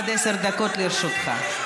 עד עשר דקות לרשותך.